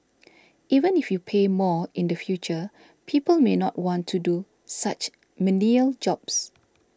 even if you pay more in the future people may not want to do such menial jobs